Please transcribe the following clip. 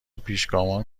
پیشگامان